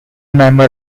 member